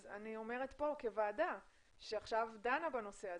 אני אומרת פה כוועדה שעכשיו דנה בנושא הזה,